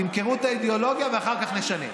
תמכרו את האידיאולוגיה ואחר כך נשנה.